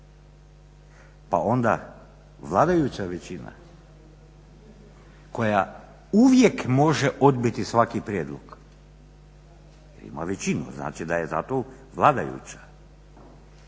Pa onda, vladajuća većina koja uvijek može odbiti svaki prijedlog, ima većinu, znači da je zato vladajuća.